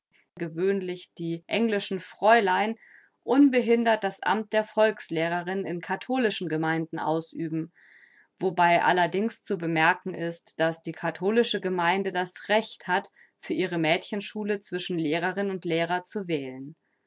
gewöhnlich die englischen fräulein unbehindert das amt der volkslehrerin in katholischen gemeinden ausüben wobei allerdings zu bemerken ist daß die katholische gemeinde das recht hat für ihre mädchenschule zwischen lehrerin und lehrer zu wählen